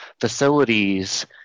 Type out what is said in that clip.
facilities